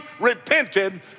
repented